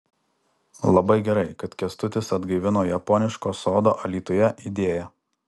labai gerai kad kęstutis atgaivino japoniško sodo alytuje idėją